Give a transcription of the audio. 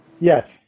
Yes